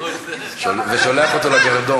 ושולח אותו לגרדום.